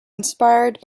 inspired